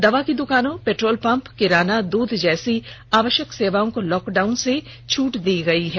दवा की दुकानों पेट्रोल पम्प किराना दूध जैसी आवश्यक सेवाओं को लॉकडाउन से छूट दी गई है